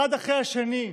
אחד אחרי השני,